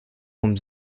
vom